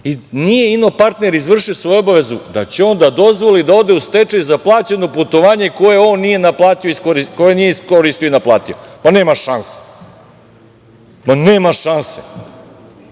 i nije inopartner izvršio svoju obavezu, da će on da dozvoli da ode u stečaj za plaćeno putovanje koje on nije iskoristio i naplatio? Nema šanse. To su čisti